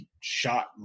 shot